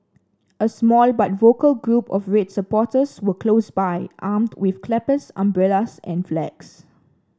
a small but vocal group of red supporters were close by armed with clappers umbrellas and flags